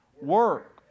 Work